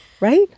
Right